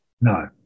No